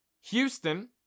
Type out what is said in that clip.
Houston